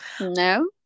No